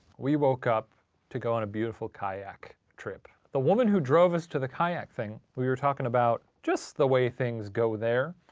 we woke up to go on a beautiful kayak trip. the woman who drove us to the kayak thing, we were talkin' about just the way things go there,